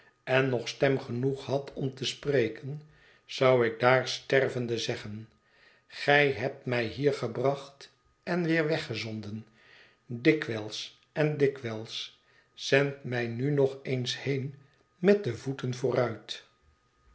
en nog stem genoeg had om te spreken zou ik daar stervende zeggen gij hebt mij hier gebracht en weer weggezonden dikwijls en dikwijls zend mij nu nog eens heen met de voeten vooruit